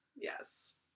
Yes